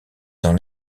dans